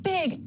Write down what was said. Big